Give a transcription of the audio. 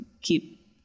keep